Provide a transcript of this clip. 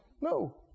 No